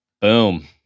boom